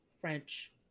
French